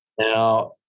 Now